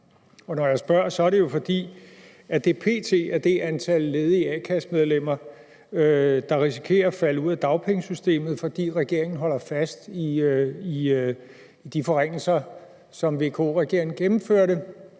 når jeg spørger, er det jo, fordi det p.t. er det antal ledige a-kassemedlemmer, der risikerer at falde ud af dagpengesystemet, fordi regeringen holder fast i de forringelser, som VK-regeringen gennemførte